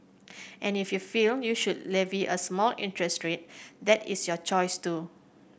and if you feel you should levy a small interest rate that is your choice too